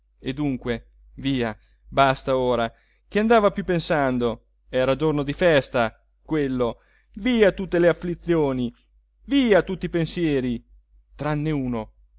e dunque via basta ora che andava più pensando era giorno di festa quello via tutte le afflizioni via tutti i pensieri tranne uno